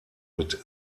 mit